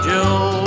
Joe